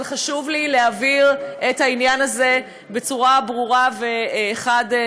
אבל חשוב לי להבהיר את העניין הזה בצורה ברורה וחד-משמעית.